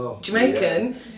Jamaican